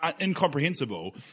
incomprehensible